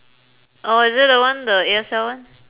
oh is the one the A_S_L one